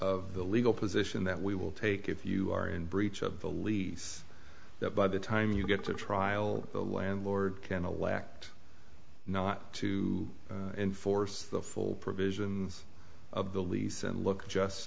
of the legal position that we will take if you are in breach of the lease that by the time you get to trial the landlord can elect not to enforce the full provisions of the lease and look just